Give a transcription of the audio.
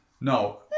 No